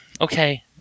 Okay